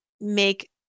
make